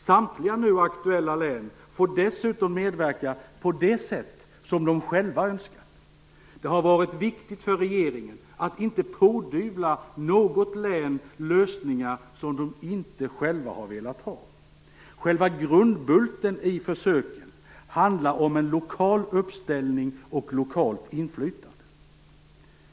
Samtliga nu aktuella län får dessutom medverka på det sätt som de själva önskat. Det har varit viktigt för regeringen att inte pådyvla något län lösningar som de inte själva har velat ha. Grundbulten i försöken handlar om lokal uppställning och lokalt inflytande.